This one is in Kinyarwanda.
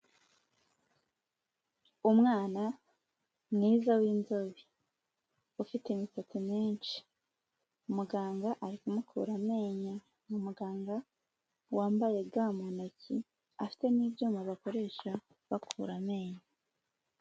Umwana mwiza w'inzobe ufite imisatsi myinshi, muganga ari kumukura amenyo, ni umuganga wambaye ga mu ntoki ufite n'ibyuma bakoresha bakura amenyo.